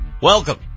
Welcome